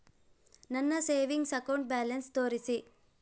ನನ್ನ savings account balance ತೋರಿಸಿ?